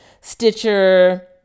Stitcher